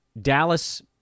Dallas